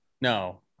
No